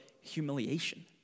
humiliation